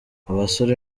abasore